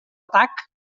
atac